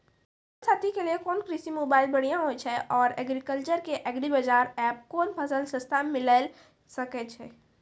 किसान साथी के लिए कोन कृषि मोबाइल बढ़िया होय छै आर एग्रीकल्चर के एग्रीबाजार एप कोन फसल सस्ता मिलैल सकै छै?